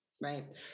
right